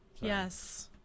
Yes